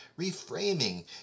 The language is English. Reframing